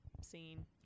scene